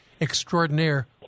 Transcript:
extraordinaire